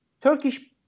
Turkish